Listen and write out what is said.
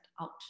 out